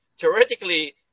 Theoretically